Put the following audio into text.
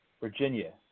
Virginia